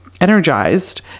energized